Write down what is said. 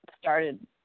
started